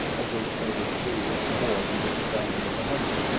of which there were three or four in this band of a hundred,